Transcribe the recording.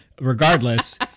regardless